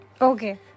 Okay